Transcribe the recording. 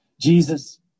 Jesus